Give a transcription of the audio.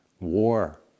war